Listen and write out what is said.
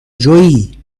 جویی